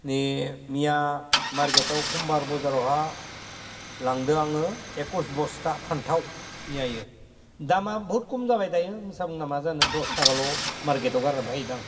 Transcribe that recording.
नै मैया मारकेटआव समबार बाजारावहा लांदों आङो एखइस बस्था फानथाव मैयायो दामा बहुत खम जाबाय दायो मिसा बुंना मा जानो दस थाखाल' मारकेटआव फाननाै फैदों आं